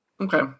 Okay